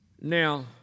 Now